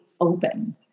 open